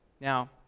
Now